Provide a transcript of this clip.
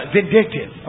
Vindictive